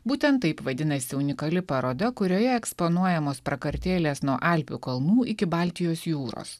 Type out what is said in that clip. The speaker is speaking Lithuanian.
būtent taip vadinasi unikali paroda kurioje eksponuojamos prakartėlės nuo alpių kalnų iki baltijos jūros